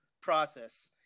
process